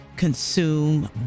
consume